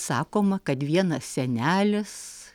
sakoma kad vieną senelis